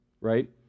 right